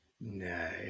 No